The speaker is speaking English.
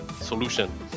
solution